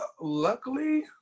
Luckily